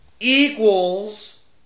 equals